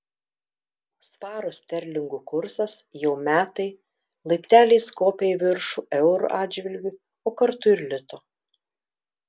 svaro sterlingų kursas jau metai laipteliais kopia į viršų euro atžvilgiu o kartu ir lito